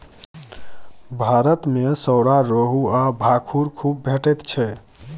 भारत मे सौरा, रोहू आ भाखुड़ खुब भेटैत छै